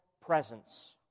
presence